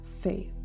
faith